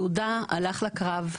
יהודה הלך לקרב,